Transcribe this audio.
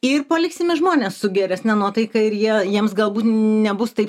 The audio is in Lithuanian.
ir paliksime žmones su geresne nuotaika ir jie jiems galbūt nebus taip